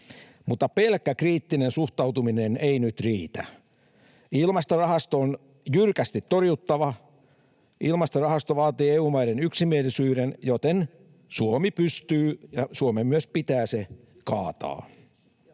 mutta pelkkä kriittinen suhtautuminen ei nyt riitä. Ilmastorahasto on jyrkästi torjuttava. Ilmastorahasto vaatii EU-maiden yksimielisyyden, joten Suomi pystyy ja Suomen myös pitää se kaataa.